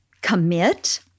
Commit